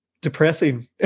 depressing